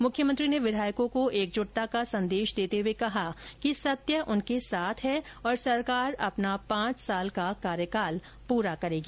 मुख्यमंत्री ने विधायकों को एकजुटता का संदेश देते हुए कहा कि सत्य उनके साथ है और सरकार अपना पाँच साल का कार्यकाल पूरा करेगी